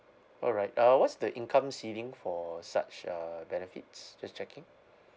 all right uh what's the income ceiling for such uh benefits just checking